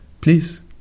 please